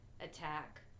attack